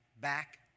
back